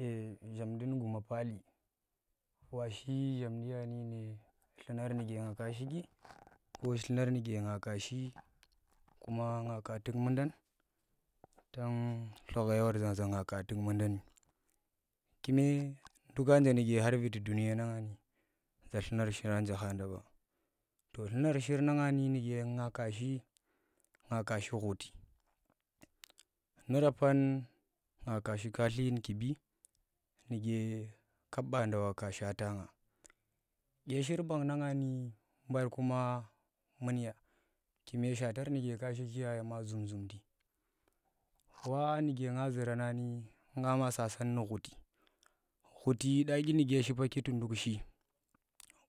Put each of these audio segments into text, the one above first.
Eh zhamdun guma pali washi zhamdi ya nune dlunar nuke nga ka shiki ko dlunar nike nga ka shi kuma nga ka tuk mundan tan dlokha ye wor za nga ka tuk mudan kume nduka nje nuke khar viti duniye nang dye dlunar shira nje khada ɓa dlunar shi nanga nuke nga ka shi ng kashi khuti nu rapan nga kashi kali dyi kibi nuke kap banda waka shaata nga kye shir bang na nga ni mbar kuma munya kime shatar nuge kashiki ya yama zum- zum ndi, wa nuke nga zura nani nga sasan nu khuti, khuti dya dyine shipaki ku nduk shi,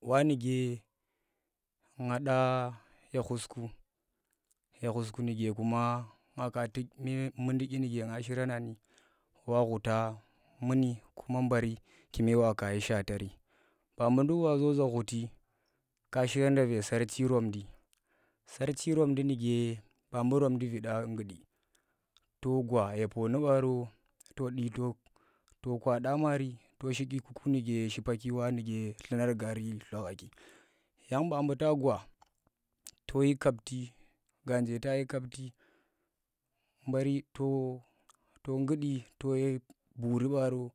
wa nuke nga ɗa ye khusku, ye khusku nuke ye khusku nuke kuma nga tuk numdi dyinuke nga shirana ni wa khuta muni kume mbari kumewa kayi shatari ba bu nduk wa zo za khat ka sheda ve sarchi romadi sarchi romudi nuke ba bu romndi vidi a nggudi to gwa ye pooni baro to du to kwaɗa maari to shi dyiku nake shipaki wanuke dlunar gaari dlokhaki yang ba buta gwa to yi kapti ganje tayi kapti mbari to gnuɗi to buuri baro.